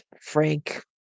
Frank